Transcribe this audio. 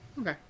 Okay